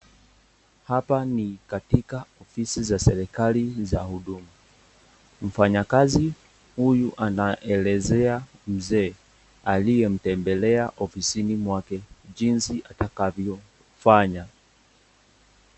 Hapa ni katika ofisi za serikali za huduma, mfanyakazi huyu anaelezea mzee aliyemtembela ofisini mwake jinsi atakavyo fanya.